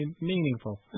meaningful